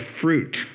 fruit